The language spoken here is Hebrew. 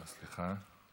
שלוש דקות, בבקשה.